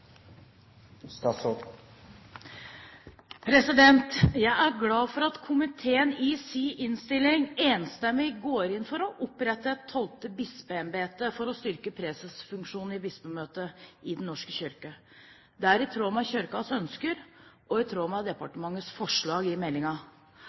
glad for at komiteen i sin innstilling enstemmig går inn for å opprette et tolvte bispeembete for å styrke presesfunksjonen i Bispemøtet i Den norske kirke. Det er i tråd med Kirkens ønsker og i tråd med